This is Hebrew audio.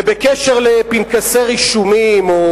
בקשר לפנקסי רישומים או